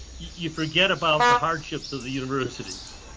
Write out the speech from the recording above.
you forget about the hardships of the universities,